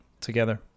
together